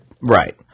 right